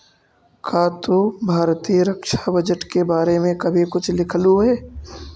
का तू भारतीय रक्षा बजट के बारे में कभी कुछ लिखलु हे